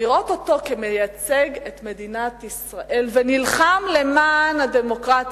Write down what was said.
לראות אותו כמייצג את מדינת ישראל ונלחם למען הדמוקרטיה,